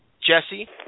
Jesse